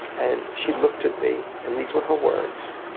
and she looked at me and these were her words.